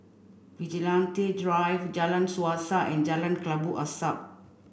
Vigilante Drive Jalan Suasa and Jalan Kelabu Asap